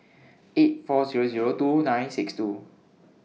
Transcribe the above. eight four Zero Zero two nine six two